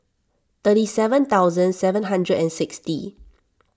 thirty seven thousand seven hundred and sixty